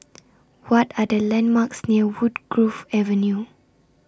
What Are The landmarks near Woodgrove Avenue